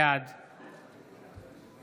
בעד